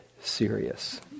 serious